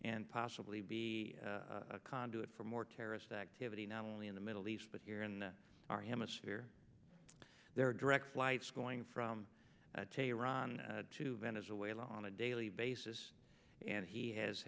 and possibly be a conduit for more terrorist activity not only in the middle east but here in our hemisphere there are direct flights going from tehran to venezuela on a daily basis and he has